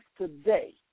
today